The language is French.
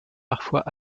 parfois